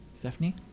Stephanie